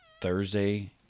Thursday